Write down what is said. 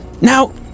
now